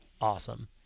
awesome